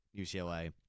UCLA